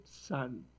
son